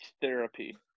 therapy